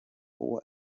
uwo